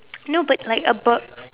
no but like above